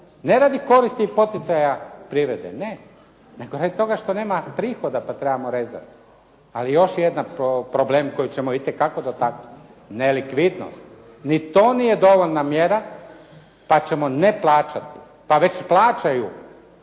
Ne radi koristi i poticaja privrede. Ne, nego radi toga što nema prihoda pa trebamo rezati. Ali još jedan problem koji ćemo itekako dotaknuti. Nelikvidnost. Ni to nije dovoljna mjera, pa ćemo ne plaćati. Pa već plaćaju